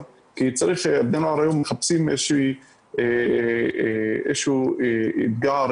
כי בני הנוער היום מחפשים איזשהו אתגר,